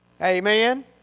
Amen